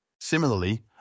Similarly